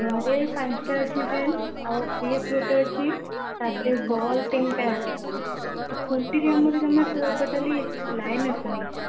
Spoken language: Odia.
ଘରେ ପାଞ୍ଚଟା ଅଛି ଫ୍ୟାନ୍ ଆଉ ଫ୍ରିଜ୍ ଗୋଟେ ଅଛି ତା'ପରେ ବଲ୍ ତିନିଟା ଅଛି ଆଉ ଖୁଣ୍ଟି କି ଆମର ଜମା ଟୋ ଟୋଟାଲି ଲାଇନ୍ ଆସୁନି